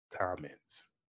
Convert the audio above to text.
comments